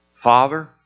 Father